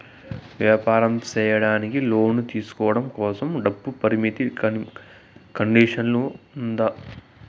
వ్యాపారం సేయడానికి లోను తీసుకోవడం కోసం, డబ్బు పరిమితి కండిషన్లు ఉందా?